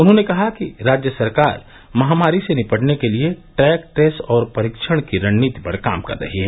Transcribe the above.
उन्होंने कहा कि राज्य सरकार महामारी से निपटने के लिए ट्रैक ट्रेस और परीक्षण की रणनीति पर काम कर रही है